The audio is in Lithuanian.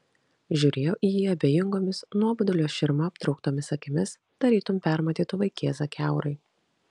žiūrėjo į jį abejingomis nuobodulio širma aptrauktomis akimis tarytum permatytų vaikėzą kiaurai